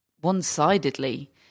one-sidedly